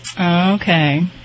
Okay